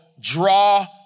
draw